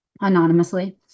anonymously